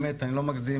באמת אני לא מגזים,